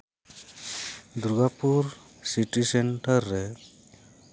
Durgapur city centre ᱨᱮ